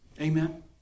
Amen